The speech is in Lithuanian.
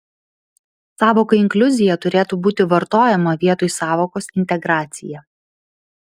sąvoka inkliuzija turėtų būti vartojama vietoj sąvokos integracija